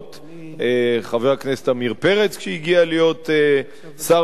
חבר הכנסת עמיר פרץ כשהגיע להיות שר הביטחון,